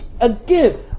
again